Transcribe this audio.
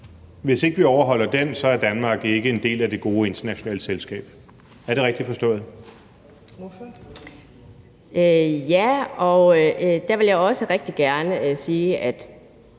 hvis ikke vi overholder den, så er Danmark ikke en del af det gode internationale selskab. Er det rigtigt forstået? Kl. 16:54 Fjerde næstformand